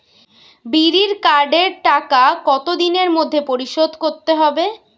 বিড়ির কার্ডের টাকা কত দিনের মধ্যে পরিশোধ করতে হবে?